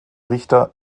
richter